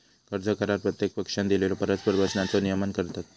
कर्ज करार प्रत्येक पक्षानं दिलेल्यो परस्पर वचनांचो नियमन करतत